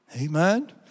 Amen